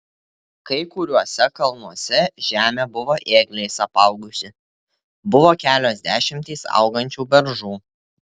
kai kuriuose kalnuose žemė buvo ėgliais apaugusi buvo kelios dešimtys augančių beržų